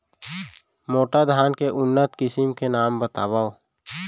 मोटा धान के उन्नत किसिम के नाम बतावव?